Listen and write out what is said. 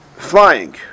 Flying